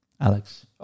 Alex